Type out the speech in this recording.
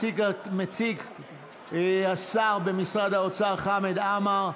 מציג, השר במשרד האוצר חמד עמאר.